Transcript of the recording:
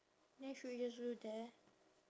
then should we just do there